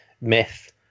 myth